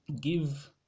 give